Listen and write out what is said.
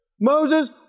Moses